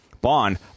Bond